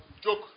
Joke